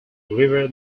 river